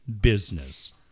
business